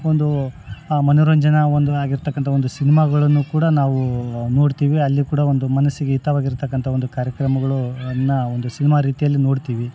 ಒಂದು ಮನರಂಜನೆ ಒಂದು ಆಗಿರ್ತಕ್ಕಂಥ ಒಂದು ಸಿನ್ಮಾಗಳನ್ನೂ ಕೂಡ ನಾವು ನೋಡ್ತೀವಿ ಅಲ್ಲಿ ಕೂಡ ಒಂದು ಮನಸ್ಸಿಗೆ ಹಿತವಾಗಿರ್ತಕ್ಕಂಥ ಒಂದು ಕಾರ್ಯಕ್ರಮಗಳು ಅನ್ನ ಒಂದು ಸಿನಿಮಾ ರೀತಿಯಲ್ಲಿ ನೋಡ್ತೀವಿ